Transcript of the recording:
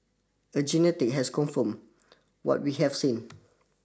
and genetic has confirmed what we have seen